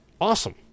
awesome